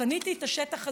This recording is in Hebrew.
קניתי את השטח הזה.